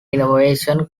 innovation